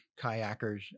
kayakers